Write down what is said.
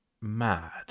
mad